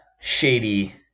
shady